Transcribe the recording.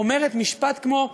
אומרת משפט כמו: